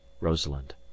ROSALIND